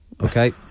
Okay